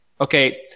okay